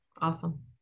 Awesome